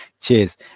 cheers